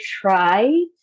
try